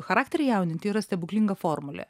charakterį jaunint yra stebuklinga formulė